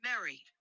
mary